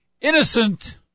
innocent